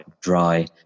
dry